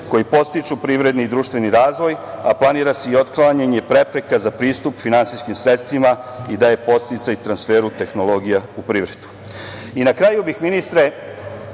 koji podstiču privredni i društveni razvoj, a planira se i otklanjanje prepreka za pristup finansijskim sredstvima i daje podsticaj transferu tehnologija u privredu. Na kraju bih, ministre,